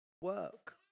work